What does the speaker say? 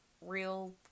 real